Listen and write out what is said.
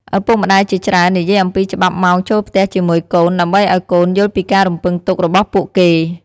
ឪពុកម្តាយជាច្រើននិយាយអំពីច្បាប់ម៉ោងចូលផ្ទះជាមួយកូន ដើម្បីឱ្យកូនយល់ពីការរំពឹងទុករបស់ពួកគេ។